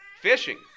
fishing